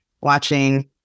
watching